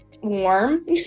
warm